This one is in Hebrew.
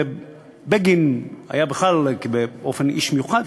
ובגין היה בכלל איש מיוחד,